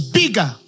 bigger